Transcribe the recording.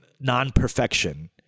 non-perfection